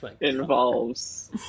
involves